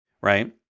right